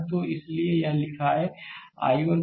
तो इसीलिए यहाँ लिखा है कि I1 6 बराबर है या I1 I2 6 है